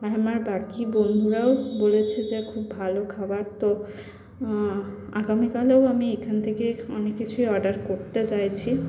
আর আমার বাকি বন্ধুরাও বলেছে যে খুব ভালো খাবার তো আগামীকালেও আমি এখান থেকে অনেক কিছুই অর্ডার করতে চাইছি